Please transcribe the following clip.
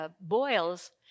boils